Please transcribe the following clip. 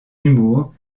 humour